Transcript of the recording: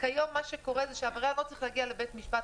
כיום מה שקורה הוא שעבריין לא צריך להגיע לבית משפט.